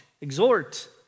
exhort